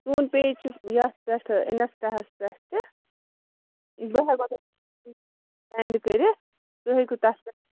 سون پیج چھُ یَتھ پٮ۪ٹھ اِنسٹاہس پٮ۪ٹھ تہِ بہٕ ہٮ۪کو تۅہہِ سٮ۪نٛڈ کٔرِتھ تُہۍ ہیٚکِو تَتھ پٮ۪ٹھ